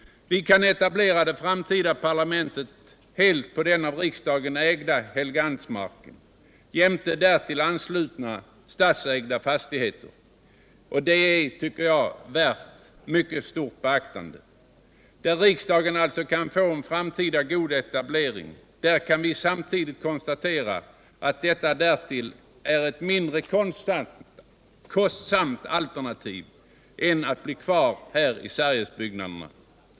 Vi kan etablera det framtida parlamentet helt på den av riksdagen ägda Helgeandsholmsmarken jämte därtill anslutna statsägda fastigheter. Detta är, tycker jag, värt mycket stort beaktande. Där riksdagen alltså kan få en framtida god etablering, där kan vi samtidigt konstatera att detta därtill är ett mindre kostsamt alternativ än att bli kvar i Sergelsbyggnaderna.